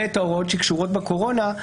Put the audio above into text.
וההוראות הקשורות בקורונה.